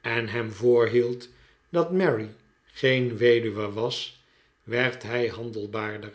en hem voorhield dat mary geen weduwe was werd hij handelbaarder